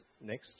Next